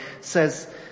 says